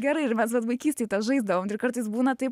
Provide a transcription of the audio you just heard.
gerai ir mes dar vaikystėje žaisdavom ir kartais būna taip